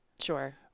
Sure